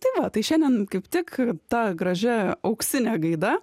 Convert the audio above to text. tai va tai šiandien kaip tik ta gražia auksine gaida